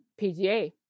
PGA